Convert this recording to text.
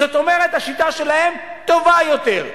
זאת אומרת, השיטה שלהם טובה יותר.